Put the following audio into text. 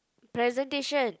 presentation